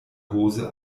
hose